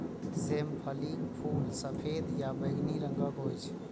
सेम फलीक फूल सफेद या बैंगनी रंगक होइ छै